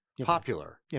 popular